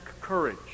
courage